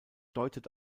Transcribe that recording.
deutet